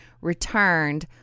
returned